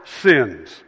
sins